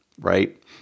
right